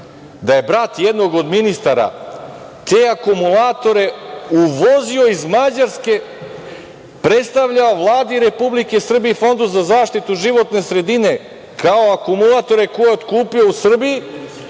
da je brat jednog od ministara te akumulatore uvozio iz Mađarske, predstavljao Vladi Republike Srbije i Fondu za zaštitu životne sredine kao akumulatore koje je otkupio u Srbiji